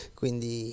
quindi